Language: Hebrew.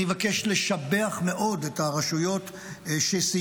אני מבקש לשבח מאוד את הרשויות שסייעו,